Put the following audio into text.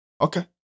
Okay